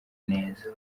neza